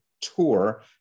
Tour